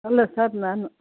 hello sir ನಾನು